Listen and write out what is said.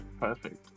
Perfect